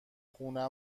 خونه